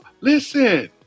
Listen